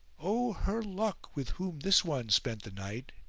o her luck with whom this one spent the night!